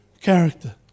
character